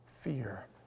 fear